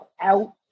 out